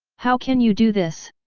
how can you do this?